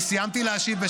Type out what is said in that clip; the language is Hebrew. זה לא --- אני סיימתי להשיב,